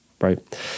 right